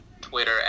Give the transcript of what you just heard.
Twitter